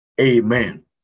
Amen